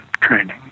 training